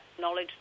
knowledge